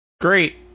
Great